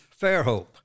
Fairhope